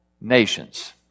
nations